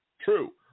true